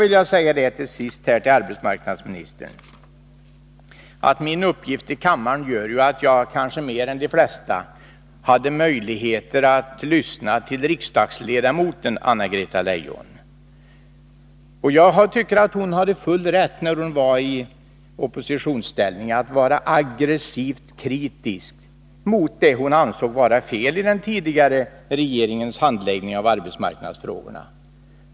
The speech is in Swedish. Till sist vill jag säga till arbetsmarknadsministern: Min uppgift i kammaren gör att jag kanske mer än de flesta har haft möjligheter att lyssna till riksdagsledamoten Anna-Greta Leijon. Jag tycker att hon hade full rätt när hon var i oppositionsställning att vara aggressivt kritisk mot det hon ansåg vara fel i den tidigare regeringens handläggning av arbetsmarknadsfrågor.